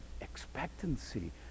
expectancy